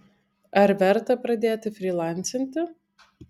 ar verta pradėti frylancinti